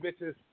bitches